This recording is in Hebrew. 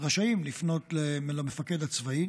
רשאים לפנות למפקד הצבאי